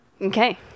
okay